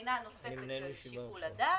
בחינה נוספת של שיקול הדעת,